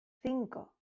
cinco